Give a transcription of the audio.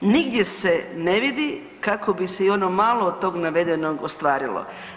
Nigdje se ne vidi kako bi se i ono malo tog navedenog ostvarilo.